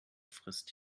frisst